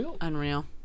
unreal